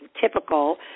typical